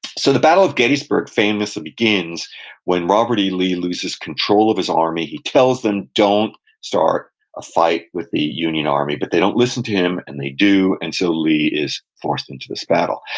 so the battle of gettysburg famously begins when robert e. lee loses control control of his army. he tells them, don't start a fight with the union army, but they don't listen to him, and they do, and so lee is forced into this battle.